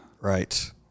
Right